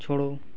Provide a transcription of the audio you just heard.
छोड़ो